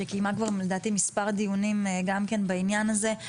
שקיימה כבר מספר דיונים לדעתי בעניין הזה,